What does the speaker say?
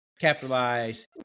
capitalize